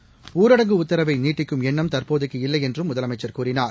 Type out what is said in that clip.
seconds ஊரடங்கு உத்தரவை நீட்டிக்கும் எண்ணம் தற்போதைக்கு இல்லை என்றும் முதலமைச்சர் கூறினார்